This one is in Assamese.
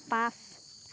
পাঁচ